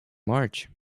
march